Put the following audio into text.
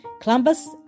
Columbus